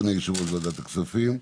יו"ר ועדת הכספים,